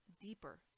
deeper